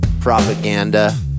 propaganda